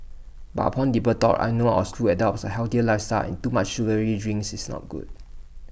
but upon deeper thought I know our school adopts A healthier lifestyle and too much sugary drinks is not good